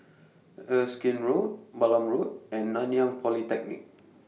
Erskine Road Balam Road and Nanyang Polytechnic